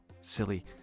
silly